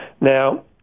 Now